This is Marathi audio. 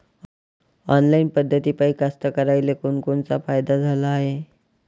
ऑनलाईन पद्धतीपायी कास्तकाराइले कोनकोनचा फायदा झाला हाये?